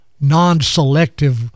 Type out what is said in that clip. non-selective